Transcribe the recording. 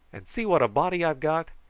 and see what a body i've got.